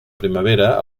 primavera